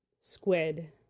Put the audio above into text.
squid